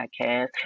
podcast